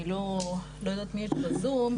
אני לא יודעת מי יש בזום,